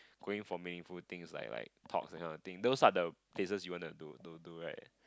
going for meaningful things like like talks that kind of thing those are the cases you wanna do do do right